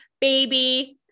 baby